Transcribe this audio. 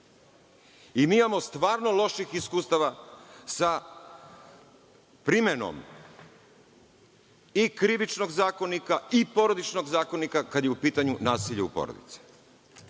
Imamo stvarno loših iskustava sa primenom i Krivičnog zakonika i Porodičnog zakonika kada je u pitanju nasilje u porodici. Neću